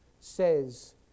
says